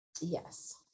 Yes